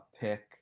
pick